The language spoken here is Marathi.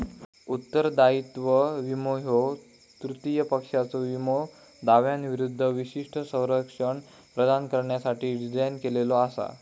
उत्तरदायित्व विमो ह्यो तृतीय पक्षाच्यो विमो दाव्यांविरूद्ध विशिष्ट संरक्षण प्रदान करण्यासाठी डिझाइन केलेला असा